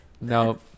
Nope